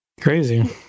Crazy